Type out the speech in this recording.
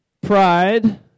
pride